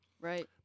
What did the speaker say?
Right